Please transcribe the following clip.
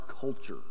culture